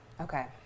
Okay